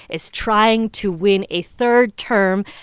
is trying to win a third term.